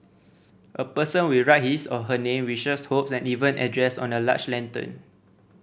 a person will write his or her name wishes hopes and even address on a large lantern